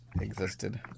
existed